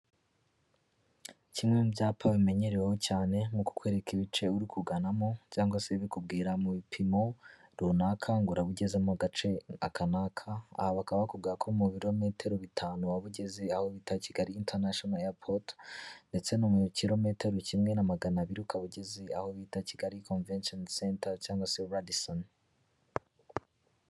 Kimwe mu byapa bimenyereweho cyane mu kukwereka ibice uri kuganamo cyangwa se bikubwira mu bipimo runaka ngo uraba ugeze mu agace aka n'aka, aha bakaba bakubwira ko mu birometero bitanu waba ugeze aho bita Kigali internaonal airpot ndetse no mu kilometero kimwe na magana biri ukaba ugeze aho bita Kigali convention center cyangwa se Radison.